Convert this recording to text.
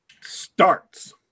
starts